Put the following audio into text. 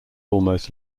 almost